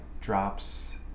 drops